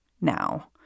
now